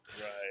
Right